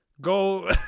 go